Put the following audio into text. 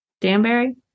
Danbury